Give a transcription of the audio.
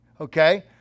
Okay